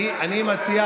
מיקי,